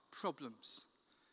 problems